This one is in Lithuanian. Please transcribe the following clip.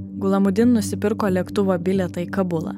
gulamudin nusipirko lėktuvo bilietą į kabulą